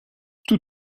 tous